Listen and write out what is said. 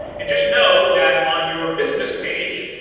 and just know that on your business page,